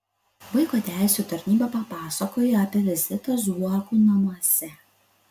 vaiko teisių tarnyba papasakojo apie vizitą zuokų namuose